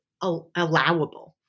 allowable